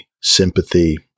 sympathy